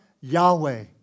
Yahweh